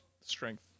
Strength